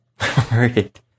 Right